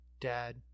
Dad